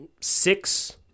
six